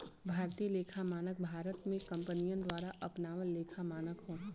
भारतीय लेखा मानक भारत में कंपनियन द्वारा अपनावल लेखा मानक हौ